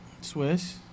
Swiss